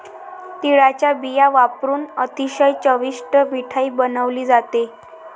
तिळाचा बिया वापरुन अतिशय चविष्ट मिठाई बनवली जाते